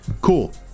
cool